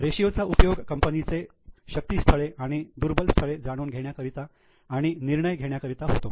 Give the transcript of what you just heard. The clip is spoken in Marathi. रेशिओ चा उपयोग कंपनीचे शक्ति स्थळे आणि दुर्बल स्थळे जाणून घेण्याकरिता आणि निर्णय घेण्याकरिता होतो